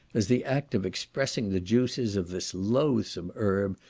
as the act of expressing the juices of this loathsome herb,